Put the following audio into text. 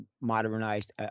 modernized